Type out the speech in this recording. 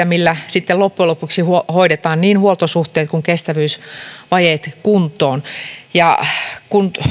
millä sitten loppujen lopuksi hoidetaan niin huoltosuhteet kuin kestävyysvajeetkin kuntoon kun